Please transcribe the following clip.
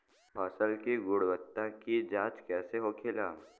फसल की गुणवत्ता की जांच कैसे होखेला?